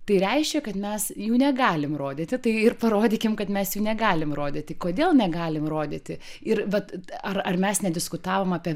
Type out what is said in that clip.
tai reiškia kad mes jų negalim rodyti tai ir parodykim kad mes jų negalim rodyti kodėl negalim rodyti ir vat ar mes nediskutavom apie